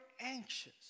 anxious